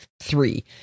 three